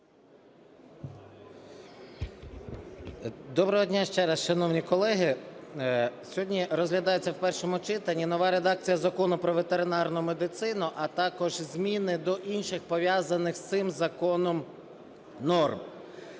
Доброго дня ще раз, шановні колеги. Сьогодні розглядається в першому читанні нова редакція Закону "Про ветеринарну медицину", а також зміни до інших пов'язаних з цим законом норм.